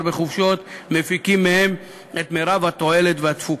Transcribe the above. בחופשות מפיקים מהם את מרב התועלת והתפוקה.